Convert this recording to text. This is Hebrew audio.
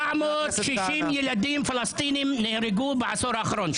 760 ילדים פלסטיניים נהרגו בעשור האחרון.